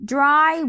Dry